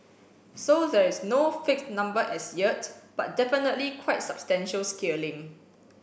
so there is no fixed number as yet but definitely quite substantial scaling